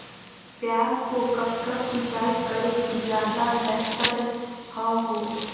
प्याज को कब कब सिंचाई करे कि ज्यादा व्यहतर हहो?